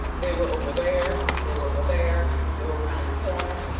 they were over there, they were over there, they were around the corner.